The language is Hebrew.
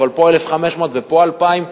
אבל פה 1,500 ופה 2,000,